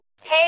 Hey